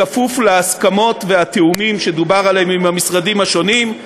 בכפוף להסכמות לתיאומים שדובר עליהם עם המשרדים השונים.